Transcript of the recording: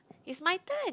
is my turn